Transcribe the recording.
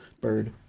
bird